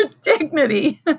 dignity